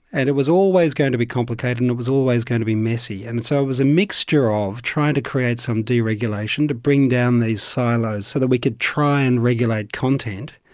and it was always going to be complicated, and it was always going to be messy, and so it was a mixture of trying to create some deregulation to bring down these silos so that we could try and regulate content,